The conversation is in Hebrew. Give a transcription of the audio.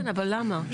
כן, אבל למה?